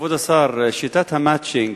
כבוד השר, שיטת ה"מצ'ינג"